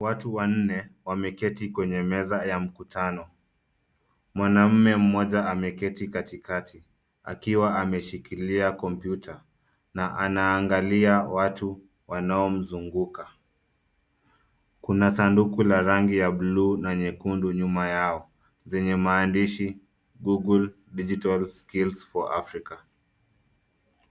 Watu wanne wameketi kwenye meza ya mkutano. Mwanamume mmoja ameketi katikati, akiwa ameshikilia kompyuta na anaangalia watu wanaomzunguka. Kuna sanduku la rangi ya bluu na nyekundu nyuma yao, zenye maandishi [cs[Google Digital Skills for Africa .